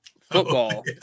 football